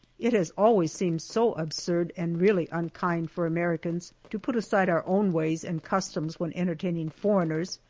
it has always seemed so absurd and really unkind for americans to put aside our own ways and customs when entertaining foreigners,